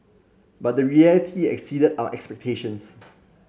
but the reality exceeded our expectations